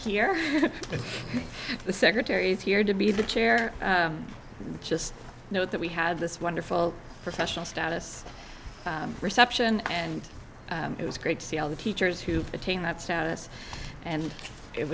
here the secretary is here to be the chair just know that we had this wonderful professional status reception and it was great to see all the teachers who attain that status and it